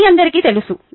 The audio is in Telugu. ఇది మీ అందరికీ తెలుసు